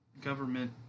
government